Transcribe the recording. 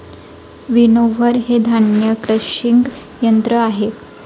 winnower हे धान्य crushing यंत्र आहे